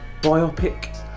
biopic